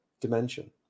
dimension